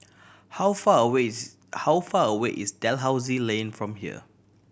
how far away is how far away is Dalhousie Lane from here